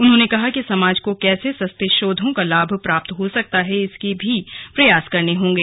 उन्होंने कहा कि समाज को कैसे सस्ते शोधों का लाभ प्राप्त हो सकता है इसके भी प्रयास करने होंगे